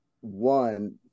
one